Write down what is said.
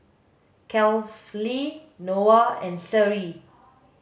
Kefli Noah and Seri